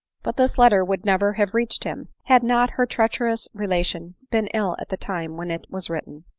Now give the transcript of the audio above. but this letter would never have reached him, had not her treacherous relation been ill at the time when it was written.